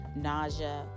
nausea